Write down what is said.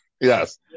Yes